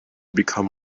become